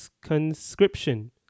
Conscription